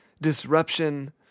disruption